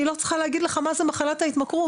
ואני לא צריכה להגיד לכם מה זו מחלת ההתמכרות,